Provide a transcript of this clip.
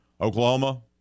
Oklahoma